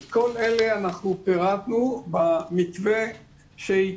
את כל אלה אנחנו פירטנו במתווה שהצגנו.